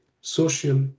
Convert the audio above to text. Social